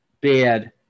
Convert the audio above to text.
bad